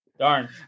Darn